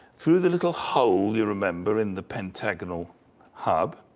through the little hole, you'll remember, in the pentagonal hub.